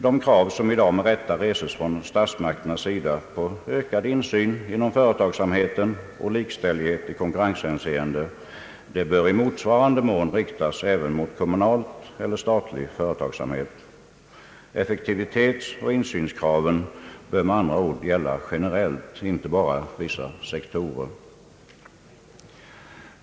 De krav som i dag med rätta reses från statsmakternas sida på ökad insyn inom företagsamheten och likställighet i konkurrenshänseende bör i motsvarande mån riktas även mot kommunal eller statlig företagsamhet. Effektivitetsoch insynskraven bör med andra ord gälla generellt och inte bara vissa sektorer.